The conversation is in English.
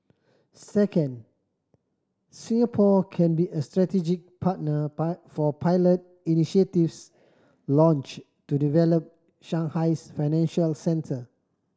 second Singapore can be a strategic partner for pilot initiatives launched to develop Shanghai's financial centre